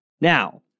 Now